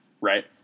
right